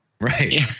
Right